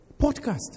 Podcast